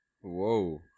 whoa